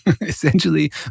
Essentially